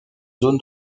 zone